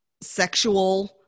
sexual